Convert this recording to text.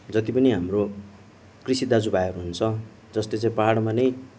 जति पनि हाम्रो कृषि दाजुभाइहरू हुन्छ जसले चाहिँ पाहाडमा नै